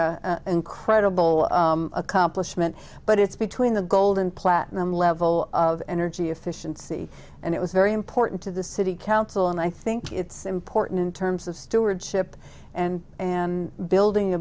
been a incredible accomplishment but it's between the gold and platinum level of energy efficiency and it was very important to the city council and i think it's important in terms of stewardship and in building